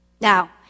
Now